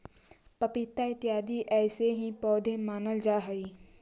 पपीता इत्यादि ऐसे ही पौधे मानल जा हई